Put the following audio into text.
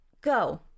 Go